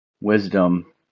wisdom